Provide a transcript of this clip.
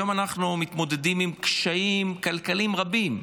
היום אנחנו מתמודדים עם קשיים כלכליים רבים.